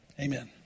amen